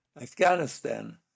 Afghanistan